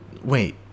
Wait